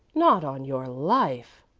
not on your life,